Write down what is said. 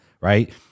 right